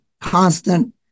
constant